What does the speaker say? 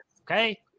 okay